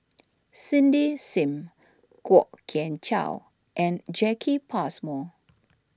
Cindy Sim Kwok Kian Chow and Jacki Passmore